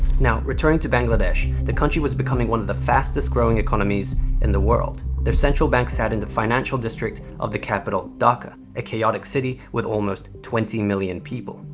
now, returning to bangladesh, the country was becoming one of the fastest growing economies in the world. their central bank sat in the financial district of the capital, dhaka, a chaotic city, with almost twenty million people.